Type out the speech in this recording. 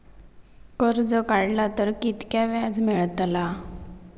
कर्ज काडला तर कीतक्या व्याज मेळतला?